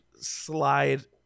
slide